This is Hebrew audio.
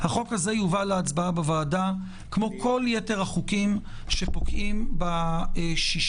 החוק הזה יובא להצבעה בוועדה כמו כל יתר החוקים שפוקעים ב-6.7.